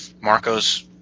marco's